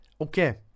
Okay